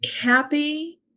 happy